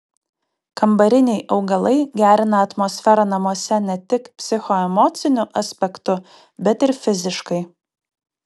kambariniai augalai gerina atmosferą namuose ne tik psichoemociniu aspektu bet ir fiziškai